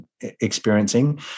experiencing